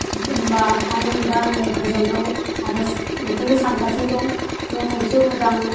दा थानो मोनबा आङो गोजोनगौ आरो बेखौनो सानगासिनो दं न' गंसे मोजां